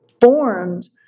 formed